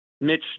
mitch